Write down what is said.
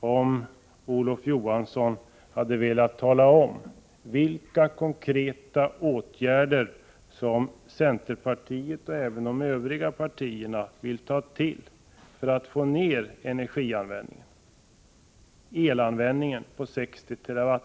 om Olof Johansson hade velat tala om vilka konkreta åtgärder som centerpartiet — och även de övriga partierna — vill ta till för att få ned elanvändningen på 60 TWh.